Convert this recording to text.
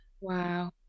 wow